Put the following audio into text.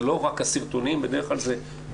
אלה לא רק הסרטונים אלא בדרך כלל אלה עבירות